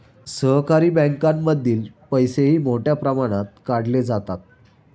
सहकारी बँकांमधील पैसेही मोठ्या प्रमाणात काढले जातात